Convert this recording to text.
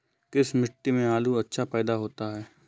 किस मिट्टी में आलू अच्छा पैदा होता है?